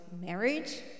marriage